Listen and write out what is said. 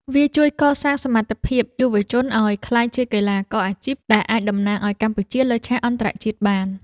វាជួយកសាងសមត្ថភាពយុវជនឱ្យក្លាយជាកីឡាករអាជីព ដែលអាចតំណាងឱ្យកម្ពុជាលើឆាកអន្តរជាតិបាន។